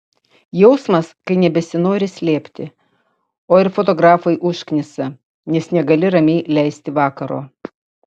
jausmas kai nebesinori slėpti o ir fotografai užknisa nes negali ramiai leisti vakaro